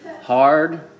Hard